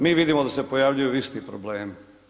Mi vidimo da se pojavljuju isti problemi.